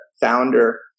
founder